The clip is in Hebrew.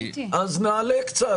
אז נעלה קצת.